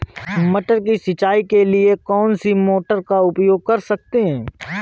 मटर की सिंचाई के लिए कौन सी मोटर का उपयोग कर सकते हैं?